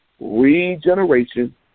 regeneration